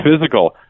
physical